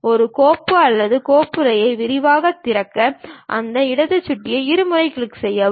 ஒரு கோப்பு அல்லது கோப்புறையை விரைவாக திறக்க அந்த இடது சுட்டியை இருமுறை கிளிக் செய்யவும்